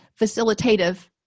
facilitative